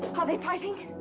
are they fighting?